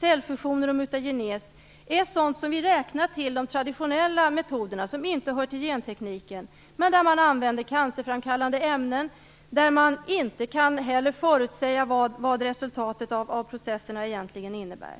Cellfusioner och mutagenes är sådant som vi räknar till de traditionella metoder som inte hör till gentekniken men där man använder cancerframkallande ämnen och inte alltid kan förutsäga vad resultatet av processerna innebär.